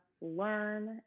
learn